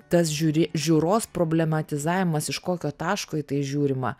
tas žiūri žiūros problematizavimas iš kokio taško į tai žiūrima